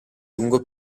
lungo